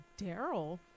Daryl